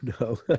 no